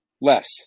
less